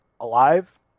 alive